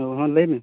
ᱚᱸᱻ ᱢᱟ ᱞᱟᱹᱭ ᱢᱮ